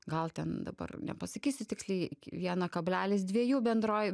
gal ten dabar nepasakysiu tiksliai vieno kablelis dviejų bendroj